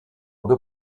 deux